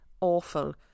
awful